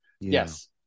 Yes